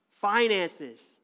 Finances